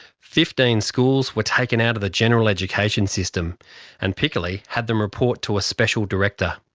fifteen schools were taken out of the general education system and piccoli had them report to a special director.